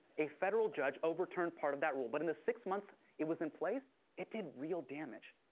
a federal judge overturned part of that rule, but in the six months it was in place, it did real damage.